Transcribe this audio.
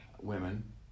women